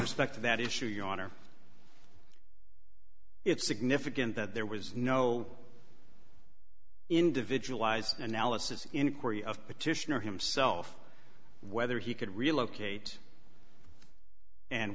respect to that issue your honor it's significant that there was no individualized analysis inquiry of petitioner himself whether he could relocate and